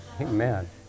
Amen